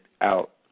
out